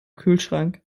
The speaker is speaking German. kühlschrank